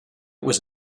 was